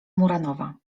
muranowa